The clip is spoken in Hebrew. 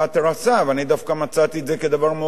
ואני דווקא מצאתי את זה כדבר מאוד חיובי,